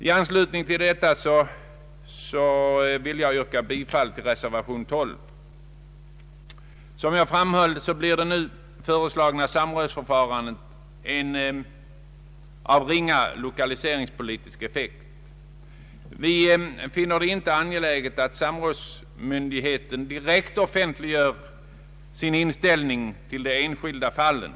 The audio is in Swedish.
I anslutning till detta yrkar jag bifall till reservation nr 12. Som jag framhöll, blir det nu föreslagna samrådsförfarandet av ringa 1okaliseringspolitisk effekt. Vi finner det inte angeläget att samrådsmyndigheten direkt offentliggör sin inställning i de enskilda fallen.